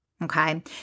Okay